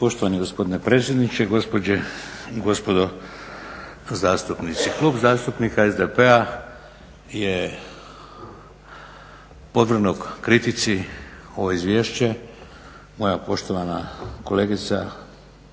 Poštovani gospodine predsjedniče, gospođe i gospodo zastupnici. Klub zastupnika SDP-a je podvrgnuo kritici ovo izvješće, moja poštovana kolegica